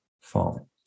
falling